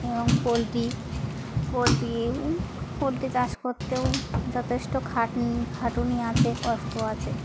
এবং পোলট্রি পোলট্রিওপোলট্রি চাষ করতেও যথেষ্ট খাট খাটুনি আছে কষ্ট আছে